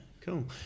Cool